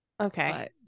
Okay